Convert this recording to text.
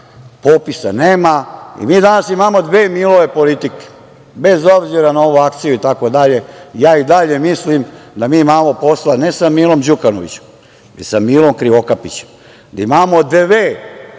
popisa nema, mi danas imamo dve Milove politike, bez obzira na ovu akciju i tako dalje. Ja i dalje mislim da mi imamo posla ne samo Milom Đukanovićem, već sa Milom Krivokapićem. Imamo dve